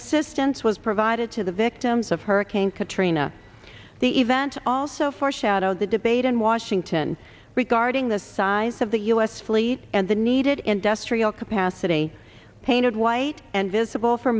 assistance was provided to the victims of hurricane katrina the event also foreshadowed the debate in washington regarding the size of the u s fleet and the needed industrial capacity painted white and visible for